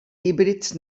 híbrids